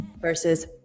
versus